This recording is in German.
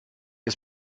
ist